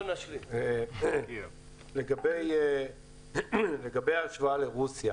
לגבי ההשוואה לרוסיה